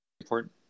important